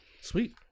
Sweet